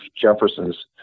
Jefferson's